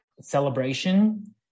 celebration